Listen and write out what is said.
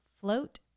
float